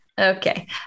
Okay